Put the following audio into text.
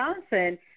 Wisconsin